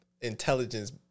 intelligence